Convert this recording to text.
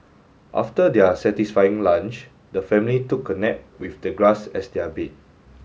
after their satisfying lunch the family took a nap with the grass as their bed